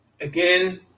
again